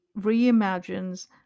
reimagines